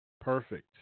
Perfect